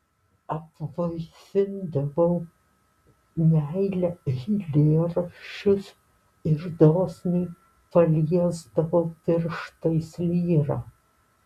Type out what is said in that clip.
apvaisindavau meile eilėraščius ir dosniai paliesdavau pirštais lyrą